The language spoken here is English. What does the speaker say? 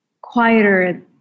quieter